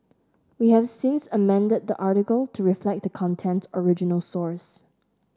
we have since amended the article to reflect the content's original source